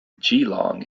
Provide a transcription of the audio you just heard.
geelong